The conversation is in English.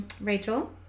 Rachel